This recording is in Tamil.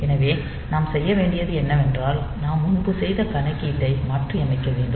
எனவே நாம் செய்ய வேண்டியது என்னவென்றால் நாம் முன்பு செய்த கணக்கீட்டை மாற்றியமைக்க வேண்டும்